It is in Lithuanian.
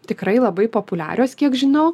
tikrai labai populiarios kiek žinau